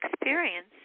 experience